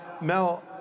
Mel